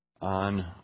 On